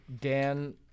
Dan